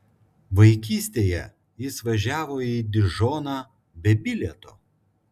vaikystėje jis važiavo į dižoną be bilieto